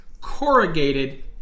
corrugated